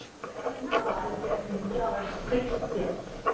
maybe now i'll get me six bits.